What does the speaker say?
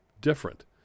different